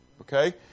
Okay